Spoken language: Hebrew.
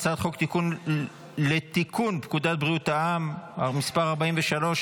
הצעת חוק לתיקון פקודת בריאות העם (מס' 43),